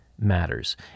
matters